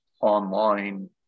online